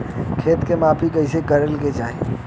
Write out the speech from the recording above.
खेत के माफ़ी कईसे करें के चाही?